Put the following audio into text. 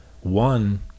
One